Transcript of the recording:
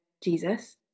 Jesus